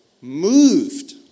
moved